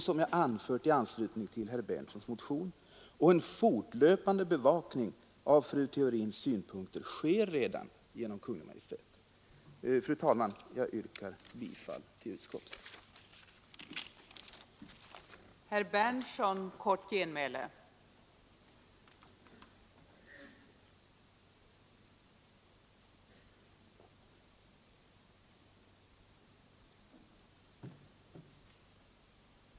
Som jag anfört i anslutning till herr Berndtsons motion sker en fortlöpande bevakning av fru Theorins synpunkter redan nu genom Kungl. Maj:t. Fru talman! Jag yrkar bifall till utskottets hemställan.